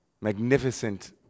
magnificent